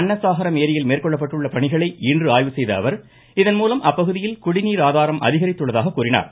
அன்னசாகரம் ஏரியில் மேற்கொள்ளப்பட்டுள்ள பணிகளை இன்று ஆய்வு செய்த அவர் இதன் மூலம் அப்பகுதியில் குடிநீர் ஆதாரம் அதிகரித்துள்ளதாக கூறினார்